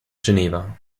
geneva